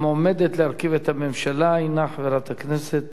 המועמדת להרכיב את הממשלה היא חברת הכנסת